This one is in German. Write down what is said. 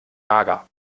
mager